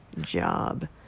job